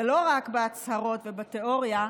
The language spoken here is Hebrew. ולא רק בהצהרות ובתיאוריה,